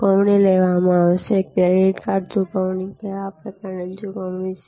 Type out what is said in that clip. ચૂકવણી લેવામાં આવશે ક્રેડિટ કાર્ડ ચૂકવણી કેવા પ્રકારની ચૂકવણી છે